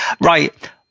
right